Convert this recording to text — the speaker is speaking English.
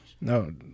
no